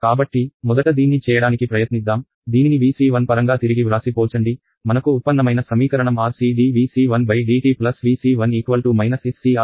కాబట్టి మొదట దీన్ని చేయడానికి ప్రయత్నిద్దాం దీనిని Vc1 పరంగా తిరిగి వ్రాసి పోల్చండి మనకు ఉత్పన్నమైన సమీకరణం RC d V c 1 dt V c 1 SCR Vp e st